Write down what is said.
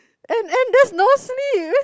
and and there's no sleep